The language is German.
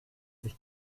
sich